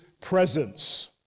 presence